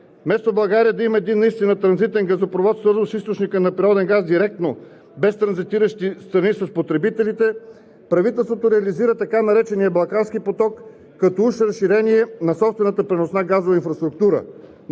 Вместо България да има един наистина транзитен газопровод, свързван с източника на природен газ директно, без транзитиращи страни с потребителите, правителството реализира така наречения „Балкански поток“ като уж разширение на собствената преносна газова инфраструктура.